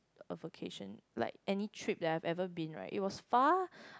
a vacation like any trip that I've ever been right it was far